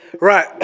Right